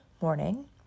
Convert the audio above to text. morning